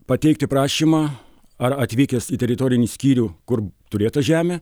pateikti prašymą ar atvykęs į teritorinį skyrių kur turėjo tą žemę